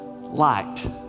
light